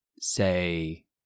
say